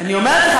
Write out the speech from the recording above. אני אומרת לך,